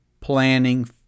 Planning